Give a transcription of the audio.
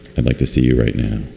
i'd like to see you right now.